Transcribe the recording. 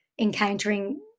encountering